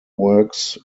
works